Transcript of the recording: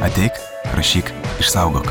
ateik rašyk išsaugok